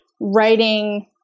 writing